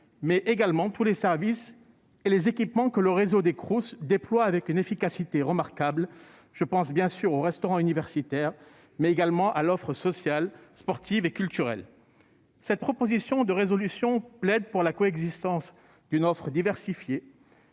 mais aussi tous les services et les équipements que le réseau des Crous déploie avec une efficacité remarquable. Je pense bien sûr aux restaurants universitaires, et à l'offre sociale, sportive et culturelle. Cette proposition de résolution est un plaidoyer en faveur de la coexistence d'une offre diversifiée